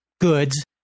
goods